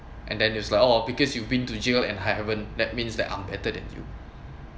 and then he was like oh because you've been to jail and I haven't that means I'm better than you